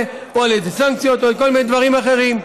או על ידי סנקציות או כל מיני דברים אחרים.